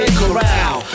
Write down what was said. corral